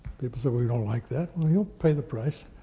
people say, we don't like that, well, you'll pay the price.